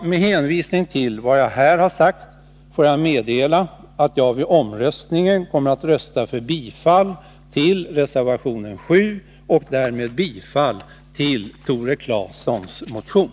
Med hänvisning till vad jag här har sagt får jag meddela att jag vid omröstningen kommer att rösta för bifall till reservationen 7 och därmed bifall till Tore Claesons motion.